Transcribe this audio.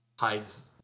hides